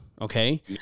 Okay